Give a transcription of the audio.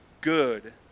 good